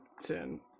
ten